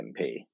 MP